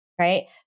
right